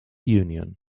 union